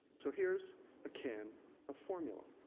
so, here's a can of formula.